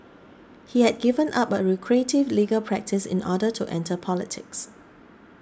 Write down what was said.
he had given up a lucrative legal practice in order to enter politics